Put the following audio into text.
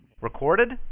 Recorded